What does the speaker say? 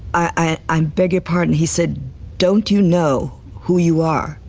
i um beg your pardon? he said don't you know who you are?